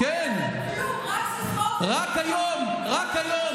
כן, כי אצלכם היה שווייץ, מה אני אגיד לכם?